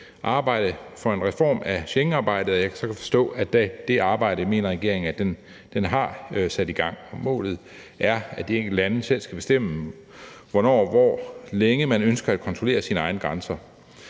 arbejde for en reform af Schengensamarbejdet, og jeg kan så forstå, at det arbejde mener regeringen at den har sat i gang. Målet er, at de enkelte lande selv skal bestemme, hvornår, hvor og hvor længe man ønsker at kontrollere sine egne grænser.